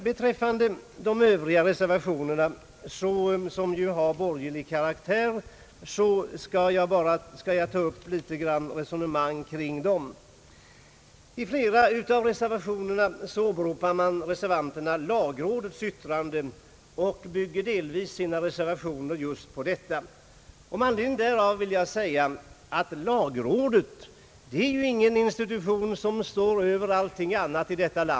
Beträffande övriga reservationer, som har borgerlig karaktär, skall jag litet grand ta upp ett resonemang kring dem. I flera av reservationerna åberopar reservanterna lagrådets yttranden och bygger delvis sina reservationer just på dessa. Med anledning därav vill jag säga att lagrådet inte är någon institution som står över allting annat i detta land.